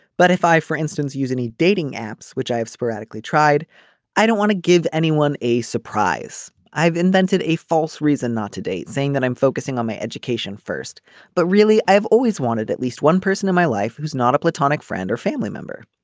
but if i for instance use any dating apps which i have sporadically tried i don't want to give anyone a surprise. i've invented a false reason not to date saying that i'm focusing on my education first but really i've always wanted at least least one person in my life who's not a platonic friend or family member.